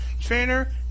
trainer